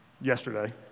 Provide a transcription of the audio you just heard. yesterday